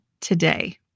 today